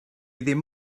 ddim